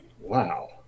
Wow